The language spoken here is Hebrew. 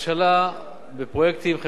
בפרויקטים חברתיים אין-סופיים,